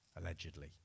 allegedly